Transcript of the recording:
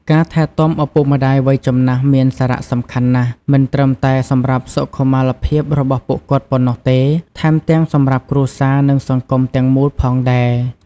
ការថែទាំឪពុកម្ដាយវ័យចំណាស់មានសារៈសំខាន់ណាស់ មិនត្រឹមតែសម្រាប់សុខុមាលភាពរបស់ពួកគាត់ប៉ុណ្ណោះទេ ថែមទាំងសម្រាប់គ្រួសារ និងសង្គមទាំងមូលផងដែរ។